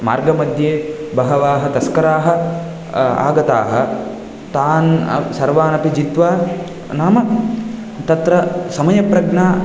मार्गमध्ये बहवाः तस्कराः आगताः तान् सर्वानपि जित्वा नाम तत्र समयप्रज्ञा